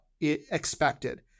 expected